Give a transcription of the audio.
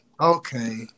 Okay